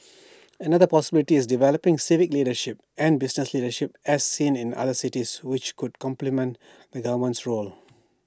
another possibility is developing civic leadership and business leadership as seen in other cities which could complement role